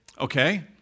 Okay